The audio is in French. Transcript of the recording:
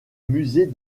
musée